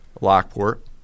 Lockport